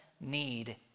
need